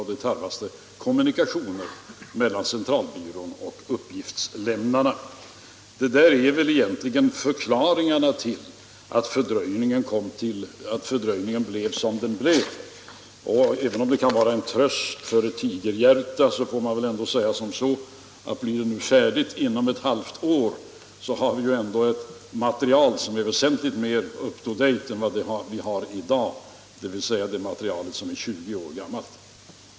Därför tarvas det kommunikationer mellan statis tiska centralbyrån och uppgiftslämnarna. Det där är väl förklaringarna till att fördröjningarna blev så långa som de blev. Om det kan vara en tröst för ett tigerhjärta kan jag säga att om beräkningarna blir färdiga inom ett halvt år kommer vi ändå att få ett material som är väsentligt mera up to date än det vi har i dag, dvs. det material som är 20 år gammalt.